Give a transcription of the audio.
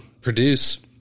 produce